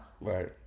Right